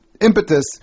impetus